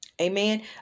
Amen